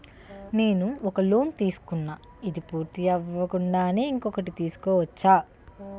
నేను ఒక లోన్ తీసుకున్న, ఇది పూర్తి అవ్వకుండానే ఇంకోటి తీసుకోవచ్చా?